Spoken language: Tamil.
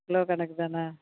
கிலோ கணக்கு தானா